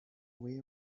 way